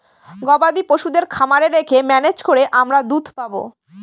গবাদি পশুদের খামারে রেখে ম্যানেজ করে আমরা দুধ পাবো